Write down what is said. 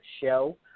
show